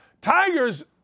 Tiger's